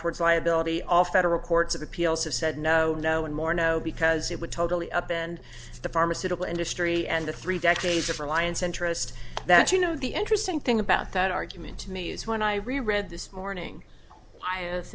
towards liability all federal courts of appeals have said no no and more no because it would totally up and the pharmaceutical industry and the three decades of reliance interest that you know the interesting thing about that argument to me is when i really read this morning i